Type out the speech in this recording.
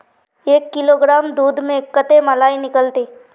एक किलोग्राम दूध में कते मलाई निकलते?